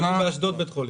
בנו באשדוד בית חולים.